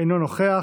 אינו נוכח.